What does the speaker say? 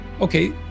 Okay